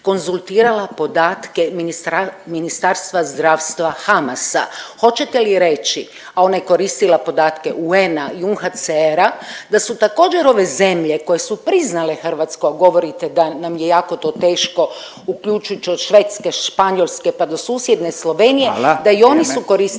konzultirala podatke Ministarstva zdravstva Hamasa. Hoćete li reći, a ona je koristila podatke UN-a i UNHCR-a da su također ove zemlje koje su priznale Hrvatsku, a govorite da nam je jako to teško uključujući od Švedske, Španjolske pa do susjedne Slovenije …/Upadica RAdin: